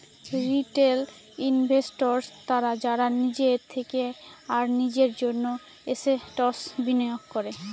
retail investors তারা যারা নিজের থেকে আর নিজের জন্য এসেটস বিনিয়োগ করে